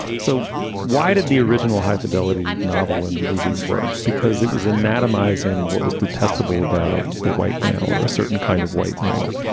so why did the original high fidelity novel and movie work? because it was anatomies. and what was detestable about the white male or a certain kind of white male?